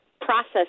process